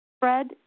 fred